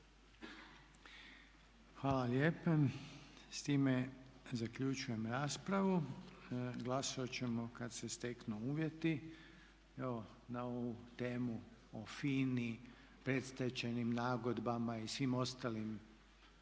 Hvala lijepa. S time zaključujem raspravu. Glasovat ćemo kad se steknu uvjeti. Evo na ovu temu o FINA-i, predstečajnim nagodbama i svim ostalim